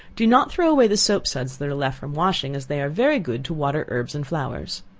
do not throw away the soap-suds that are left from washing, as they are very good to water herbs and flowers.